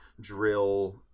drill